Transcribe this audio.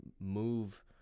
move